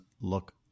look